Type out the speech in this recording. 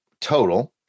total